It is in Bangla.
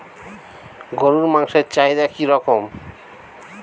গরুর মাংসের চাহিদা কি রকম?